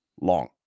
long